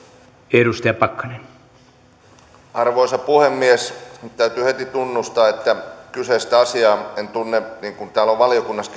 arvoisa arvoisa puhemies täytyy heti tunnustaa että kyseistä asiaa en tunne niin kuin sitä valiokunnassa